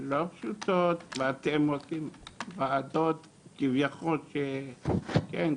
לא פשוטות ואתם עושים וועדות כביכול של "כן,